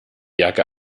jacke